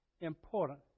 important